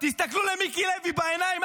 תסתכלו למיקי לוי בעיניים,